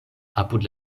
apud